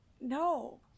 No